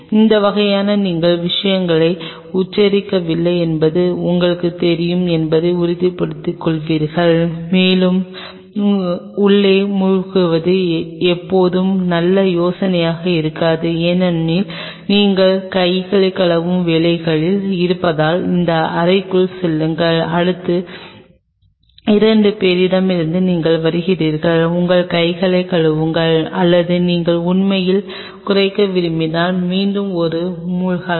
அந்த வகையில் நீங்கள் விஷயங்களை உச்சரிக்கவில்லை என்பது உங்களுக்குத் தெரியும் என்பதை உறுதிப்படுத்திக் கொள்வீர்கள் மேலும் உள்ளே மூழ்குவது எப்போதும் நல்ல யோசனையாக இருக்காது ஏனெனில் நீங்கள் கைகளை கழுவும் வேலையில் இருப்பதால் அடுத்த அறைக்குச் செல்லுங்கள் அல்லது அடுத்த இரண்டு பேரிடமிருந்து நீங்கள் வருகிறீர்கள் உங்கள் கைகளை கழுவுங்கள் அல்லது நீங்கள் உண்மையில் குறைக்க விரும்பினால் மீண்டும் ஒரு மூழ்கலாம்